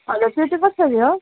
हजुर त्यो चाहिँ कसरी हो